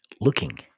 looking